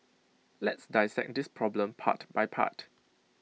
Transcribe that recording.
let's dissect this problem part by part